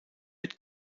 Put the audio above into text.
mit